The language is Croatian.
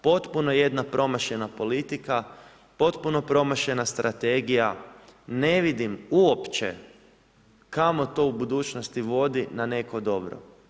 Potpuno jedna promašena politika, potpuno promašena strategija, ne vidim uopće kamo to u budućnosti vodi na neko dobro.